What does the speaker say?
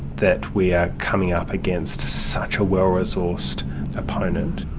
that we are coming up against such a well-resourced opponent.